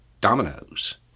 dominoes